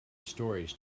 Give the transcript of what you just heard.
stories